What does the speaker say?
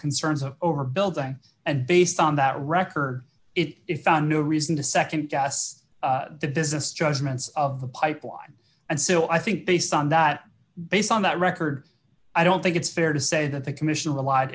concerns of overbuilding and based on that record it found no reason to nd guess the business judgments of the pipeline and so i think based on that based on that record i don't think it's fair to say that the commission relied